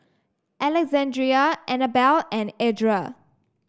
Alexandria Anabelle and Edra